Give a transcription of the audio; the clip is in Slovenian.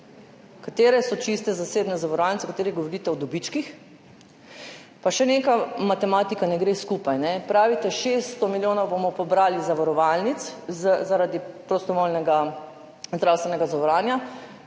katere so čiste zasebne zavarovalnice, v katerih govorite o dobičkih. Pa še neka matematika ne gre skupaj. Pravite, 600 milijonov bomo pobrali iz zavarovalnic zaradi prostovoljnega zdravstvenega zavarovanja,